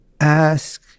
ask